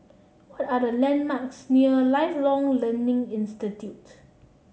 what are the landmarks near Lifelong Learning Institute